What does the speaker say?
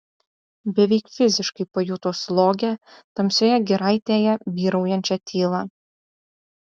beveik fiziškai pajuto slogią tamsioje giraitėje vyraujančią tylą